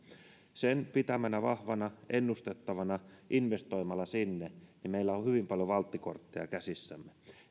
kun pidetään se vahvana ennustettavana investoidaan sinne niin meillä on hyvin paljon valttikortteja käsissämme